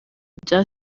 bya